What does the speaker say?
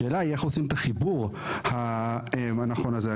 השאלה היא, איך עושים את החיבור הנכון הזה.